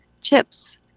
chips